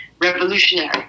revolutionary